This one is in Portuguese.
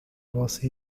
você